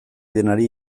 denari